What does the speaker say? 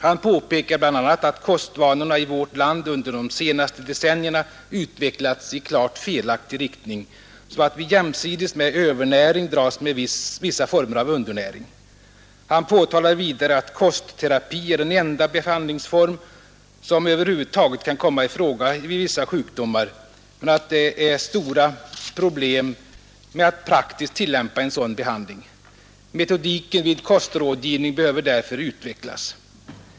Han påpekar bl.a. att kostvanorna i vårt land under de senaste decennierna utvecklats i felaktig riktning, så att vi jämsides med övernäring dras med vissa former av undernäring. Han påtalar vidare att kostterapi är den enda behandlingsform som över huvud taget kan komma i fråga vid vissa sjukdomar, men att det är stora problem med att praktiskt tillämpa en sådan behandling. Metodiken vid kostrådgivning behöver därför utvecklas.